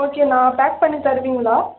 ஓகேண்ணா பேக் பண்ணித் தருவீங்களா